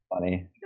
funny